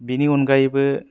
बेनि अनगायैबो